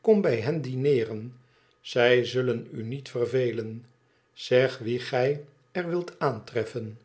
kom bij hen dineeren zij zullen u niet vervelen zeg wie gij er wilt aantreffen